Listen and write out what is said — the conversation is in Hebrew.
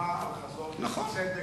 שהוקמה על חזון צדק,